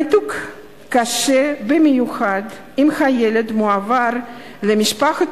הניתוק קשה במיוחד אם הילד מועבר למשפחת